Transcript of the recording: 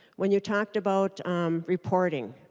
when you talk about reporting